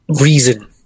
reason